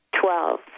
Twelve